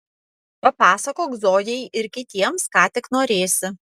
papasakok zojai ir kitiems ką tik norėsi